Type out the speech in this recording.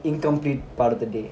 incomplete part of the day